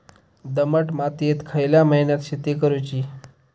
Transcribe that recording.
दमट मातयेत खयल्या महिन्यात शेती करुची?